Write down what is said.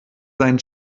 sein